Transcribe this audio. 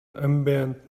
ambient